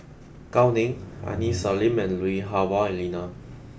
Gao Ning Aini Salim and Lui Hah Wah Elena